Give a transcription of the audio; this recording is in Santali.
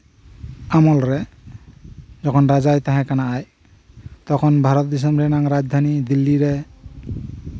ᱟᱢᱚᱞᱨᱮ ᱡᱚᱠᱷᱚᱱ ᱟᱡ ᱨᱟᱡᱟᱭ ᱛᱟᱸᱦᱮ ᱠᱟᱱᱟ ᱟᱡ ᱛᱚᱠᱷᱚᱱ ᱵᱷᱟᱨᱚᱛ ᱫᱤᱥᱚᱢ ᱨᱮᱭᱟᱜ ᱨᱟᱡᱫᱷᱟᱱᱤ ᱫᱤᱞᱞᱤ ᱨᱮ